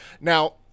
Now